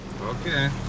Okay